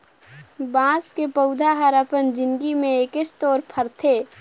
बाँस के पउधा हर अपन जिनगी में एके तोर फरथे